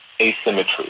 asymmetry